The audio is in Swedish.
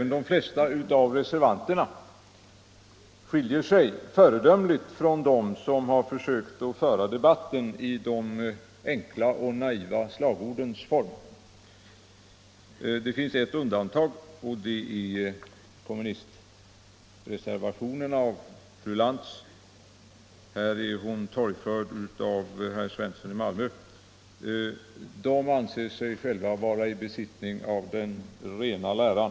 Också de flesta av reservanterna skiljer sig föredömligt från dem som har försökt föra debatten i de enkla och naiva slagordens form. Men det finns ett undantag, och det är kommunistreservationerna av fru Lantz, här torgförda av herr Svensson i Malmö. Kommunisterna anser sig själva vara i besittning av den rena läran.